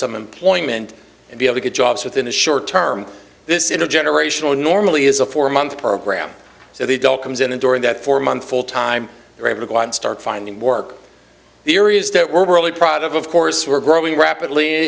some employment and be able to get jobs within the short term this intergenerational normally is a four month program so they dull comes in and during that four month full time they're able to go out and start finding work the areas that we're really proud of of course we're growing rapidly